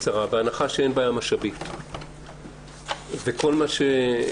בהנחה שאין בעיה של משאבים ויש את כל מה שהנהלת